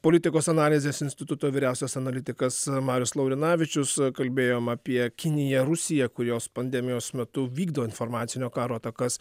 politikos analizės instituto vyriausias analitikas marius laurinavičius kalbėjom apie kiniją rusiją kurios pandemijos metu vykdo informacinio karo atakas